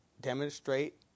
demonstrate